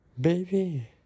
Baby